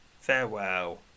farewell